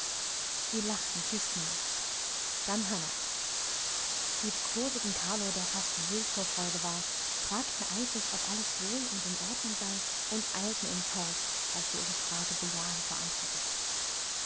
sie lachten küßten mich dann hannah liebkoseten carlo der fast wild vor freude war fragten eifrig ob alles wohl und in ordnung sei und eilten ins haus als wir ihre frage bejahend beantwortet